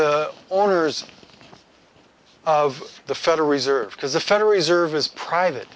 the owners of the federal reserve because the federal reserve is private